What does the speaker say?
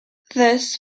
this